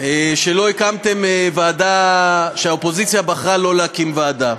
שלא הקמתם ועדה, שהאופוזיציה בחרה לא להקים ועדה.